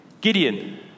Gideon